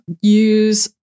Use